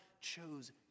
chose